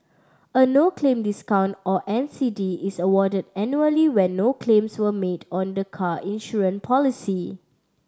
a no claim discount or N C D is awarded annually when no claims were made on the car insurance policy